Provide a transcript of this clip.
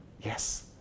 yes